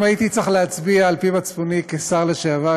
אם הייתי צריך להצביע על פי מצפוני כשר לשעבר,